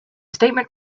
statement